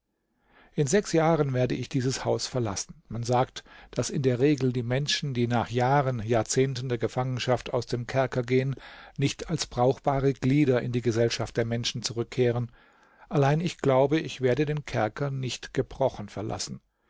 in sechs jahren werde ich dieses haus verlassen man sagt daß in der regel die menschen die nach jahren jahrzehnten der gefangenschaft aus dem kerker gehen nicht als brauchbare glieder in die gesellschaft der menschen zurückkehren allein ich glaube ich werde den kerker nicht gebrochen verlassen